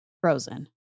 Frozen